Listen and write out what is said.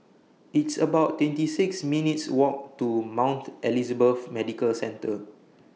It's about twenty six minutes' Walk to Mount Elizabeth Medical Centre